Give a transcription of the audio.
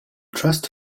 trust